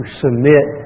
submit